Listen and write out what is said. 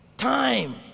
Time